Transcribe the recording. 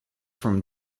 from